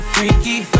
Freaky